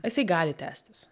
jisai gali tęstis